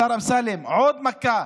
השר אמסלם, עוד מכה,